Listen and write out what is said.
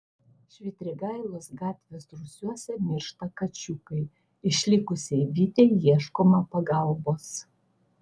švitrigailos gatvės rūsiuose miršta kačiukai išlikusiai vytei ieškoma pagalbos